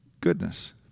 goodness